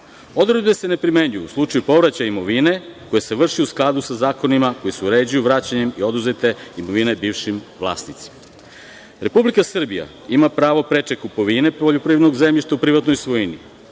Odredbe se ne primenjuju u slučaju povraćaja imovine, jer se vrši u skladu sa zakonima koji se uređuju vraćanjem i oduzete imovine bivšim vlasnicima. Republika Srbija ima pravo preče kupovine poljoprivrednog zemljišta u privatnoj svojini.